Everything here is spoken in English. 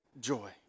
joy